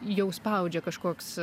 jau spaudžia kažkoks